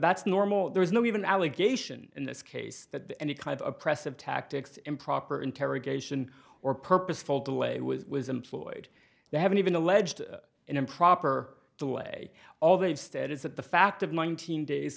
that's normal there is no even allegation in this case that any kind of oppressive tactics improper interrogation or purposeful delay was employed they haven't even alleged in improper the way all they've stayed is that the fact of nineteen days